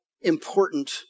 important